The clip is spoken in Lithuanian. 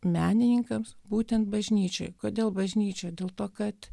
menininkams būtent bažnyčioje kodėl bažnyčia dėl to kad